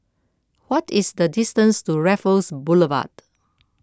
what is the distance to Raffles Boulevard